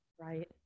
Right